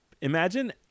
imagine